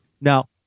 Now